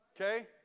Okay